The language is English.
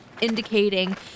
indicating